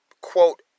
quote